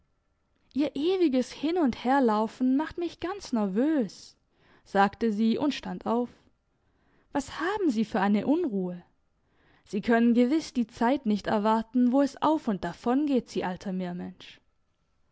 ihr ewiges hin und herlaufen macht mich ganz nervös sagte sie und stand auf was haben sie für eine unruhe sie können gewiss die zeit nicht erwarten wo es auf und davon geht sie alter meermensch